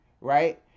right